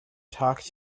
talk